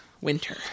Winter